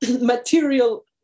material